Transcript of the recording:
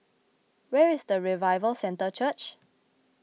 where is Revival Centre Church